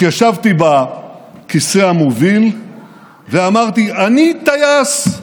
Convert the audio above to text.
התיישבתי בכיסא המוביל ואמרתי: אני טייס.